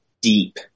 deep